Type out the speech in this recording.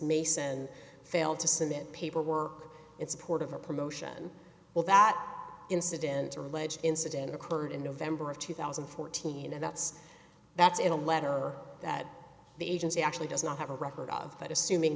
mason failed to submit paperwork in support of a promotion well that incident or ledge incident occurred in november of two thousand and fourteen and that's that's in a letter that the agency actually does not have a record of but assuming